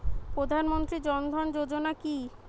প্রধান মন্ত্রী জন ধন যোজনা কি?